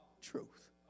truth